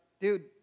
dude